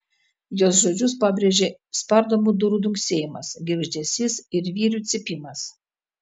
jos žodžius pabrėžė spardomų durų dunksėjimas girgždesys ir vyrių cypimas